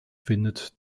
findet